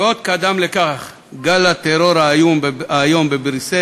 ועוד קדם לכך גל הטרור האיום בבריסל,